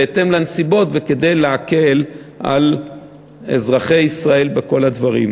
בהתאם לנסיבות וכדי להקל על אזרחי ישראל בכל הדברים.